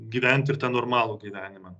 gyventi ir tą normalų gyvenimą